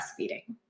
breastfeeding